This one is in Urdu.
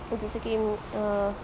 جیسے کہ